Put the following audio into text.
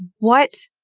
what?